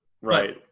right